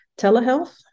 telehealth